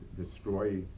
destroy